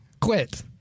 quit